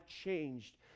changed